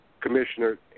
commissioner